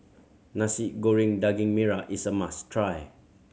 Nasi Goreng Daging Merah is a must try